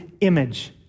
image